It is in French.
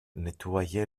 nettoyer